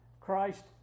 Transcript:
Christ